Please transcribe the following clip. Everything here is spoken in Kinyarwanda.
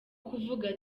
kuvuga